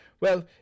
Well